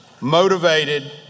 motivated